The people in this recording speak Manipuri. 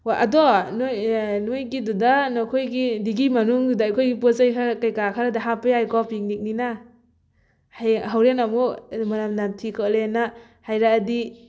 ꯍꯣ ꯑꯗꯣ ꯅꯣꯏ ꯅꯣꯏꯒꯤꯗꯨꯗ ꯅꯈꯣꯏꯒꯤ ꯗꯤꯒꯤ ꯃꯅꯨꯡꯗꯨꯗ ꯑꯩꯈꯣꯏꯒꯤ ꯄꯣꯠꯆꯩ ꯈꯔ ꯀꯩꯀꯥ ꯈꯔꯗꯤ ꯍꯥꯞꯄ ꯌꯥꯏꯀꯣ ꯄꯤꯛꯅꯤꯛꯅꯤꯅ ꯍꯌꯦꯡ ꯍꯣꯔꯦꯟ ꯑꯃꯨꯛ ꯃꯅꯝ ꯅꯝꯊꯤ ꯈꯣꯠꯂꯤꯅ ꯍꯥꯏꯔꯛꯑꯗꯤ